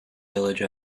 village